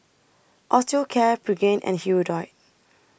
Osteocare Pregain and Hirudoid